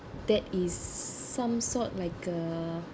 that is some sort like a